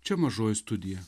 čia mažoji studija